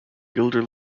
gilder